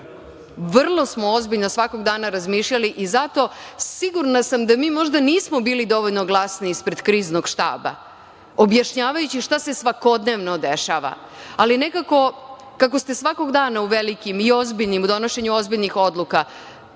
ne. Vrlo smo ozbiljno svakog dana razmišljali i zato sam sigurna da mi možda nismo bili dovoljno glasni ispred Kriznog štaba objašnjavajući šta se svakodnevno dešava. Ali, nekako, kako smo svakog dana u velikim i u donošenju ozbiljnih odluka,